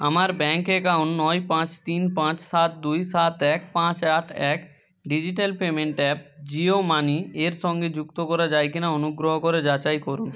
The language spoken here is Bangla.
আমার ব্যাঙ্ক অ্যাকাউন্ট নয় পাঁচ তিন পাঁচ সাত দুই সাত এক পাঁচ আট এক digital payment app Jio money এর সঙ্গে যুক্ত করা যায় কি না অনুগ্রহ করে যাচাই করুন